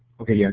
okay, yeah